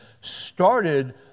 started